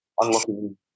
unlocking